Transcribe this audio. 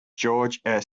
george